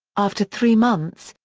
after three months,